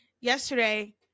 yesterday